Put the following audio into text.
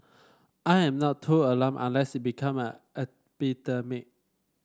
I am not too alarmed unless it become an epidemic